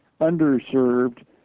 underserved